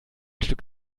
stück